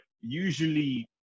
usually